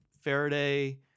Faraday